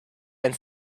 and